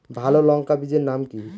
ভালো লঙ্কা বীজের নাম কি?